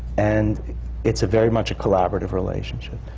and it's very much a collaborative relationship.